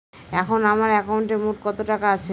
এখন আমার একাউন্টে মোট কত টাকা আছে?